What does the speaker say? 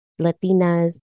Latinas